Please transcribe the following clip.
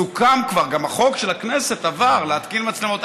סוכם כבר, וגם עבר החוק של הכנסת, להתקין מצלמות.